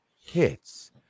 hits